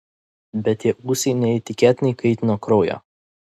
bet tie ūsai neįtikėtinai kaitino kraują